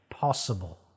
possible